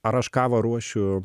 ar aš kavą ruošiu